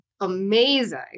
amazing